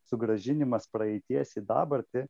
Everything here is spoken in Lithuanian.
sugrąžinimas praeities į dabartį